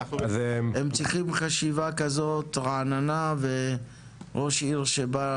הם צריכים חשיבה כזאת רעננה וראש עיר שבא